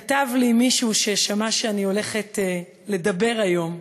כתב לי מישהו, ששמע שאני הולכת לדבר היום,